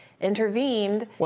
intervened